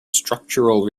structural